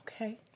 Okay